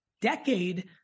decade